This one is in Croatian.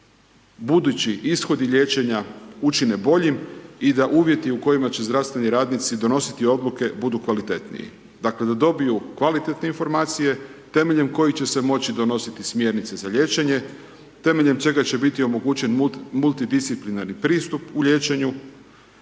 budući ishodi liječenja učine boljim i da uvjeti u kojima će zdravstveni radnici donositi odluke, budu kvalitetniji. Dakle, da dobiju kvalitetne informacije temeljem kojih će se moći donositi smjernice za liječenje, temeljem čega će biti omogućen multidisciplinarni pristup u liječenju.